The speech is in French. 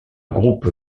groupe